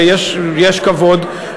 ויש כבוד,